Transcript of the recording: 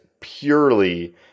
purely